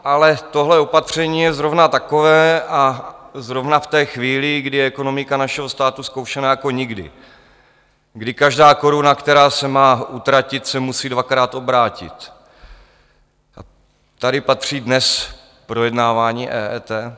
Ale tohle opatření je zrovna takové a zrovna v té chvíli, kdy je ekonomika našeho státu zkoušena jako nikdy, kdy každá koruna, která se má utratit, se musí dvakrát obrátit, a tady patří dnes projednávání EET?